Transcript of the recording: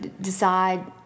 decide